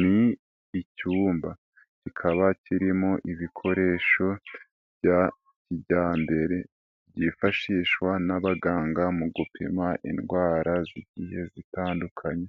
Ni icyumba, kikaba kirimo ibikoresho bya kijyambere, byifashishwa n'abaganga mu gupima indwara z'igiye zitandukanye,